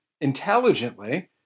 intelligently